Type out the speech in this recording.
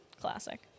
classic